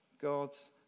God's